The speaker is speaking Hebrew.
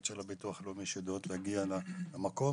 של הביטוח הלאומי שיודעות להגיע למקום,